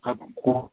ആ